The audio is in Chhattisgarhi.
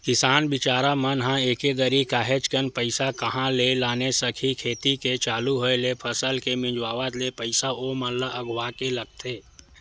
किसान बिचारा मन ह एके दरी काहेच कन पइसा कहाँ ले लाने सकही खेती के चालू होय ले फसल के मिंजावत ले पइसा ओमन ल अघुवाके लगथे